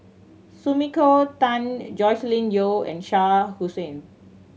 Sumiko Tan Joscelin Yeo and Shah Hussain